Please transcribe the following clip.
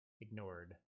ignored